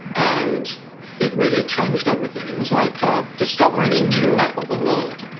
and it really changed everything. it was like ah discovering a new map of the world.